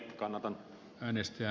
arvoisa puhemies